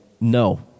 no